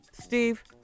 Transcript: Steve